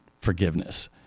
forgiveness